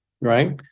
right